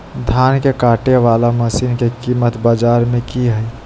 धान के कटे बाला मसीन के कीमत बाजार में की हाय?